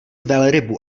velrybu